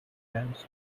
hands